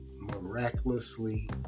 miraculously